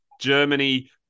Germany